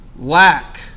lack